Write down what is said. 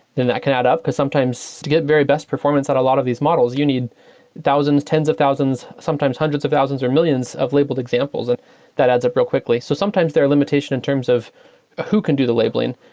then that can add up, because to get very best performance at a lot of these models, you need thousands, tens of thousands, sometimes hundreds of thousands or millions of labeled examples, and that adds up real quickly. so sometimes there are limitations in terms of who can do the labeling.